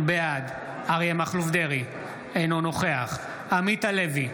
בעד אריה מכלוף דרעי, אינו נוכח עמית הלוי,